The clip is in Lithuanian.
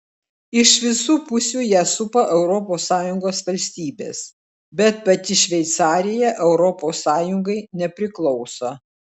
iš visų pusių ją supa europos sąjungos valstybės bet pati šveicarija europos sąjungai nepriklauso